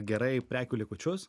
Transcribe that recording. gerai prekių likučius